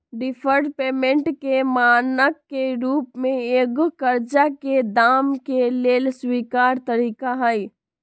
deferred payment के मानक के रूप में एगो करजा के दाम के लेल स्वीकार तरिका हइ